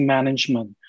Management